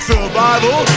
Survival